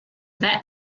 that